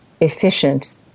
efficient